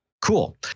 Cool